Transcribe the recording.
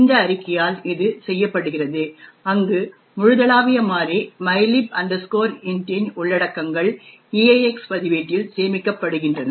இந்த அறிக்கையால் இது செய்யப்படுகிறது அங்கு முழுதளாவிய மாறி mylib int இன் உள்ளடக்கங்கள் EAX பதிவேட்டில் சேமிக்கப்படுகின்றன